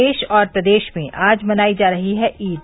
देश और प्रदेश में आज मनाई जा रही है ईद